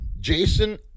Jason